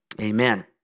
amen